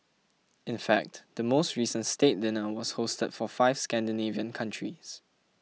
in fact the most recent state dinner was hosted for five Scandinavian countries